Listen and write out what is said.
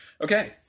Okay